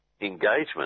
engagement